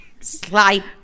Slight